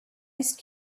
ice